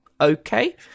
Okay